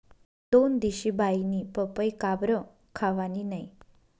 दोनदिशी बाईनी पपई काबरं खावानी नै